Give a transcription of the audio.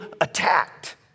attacked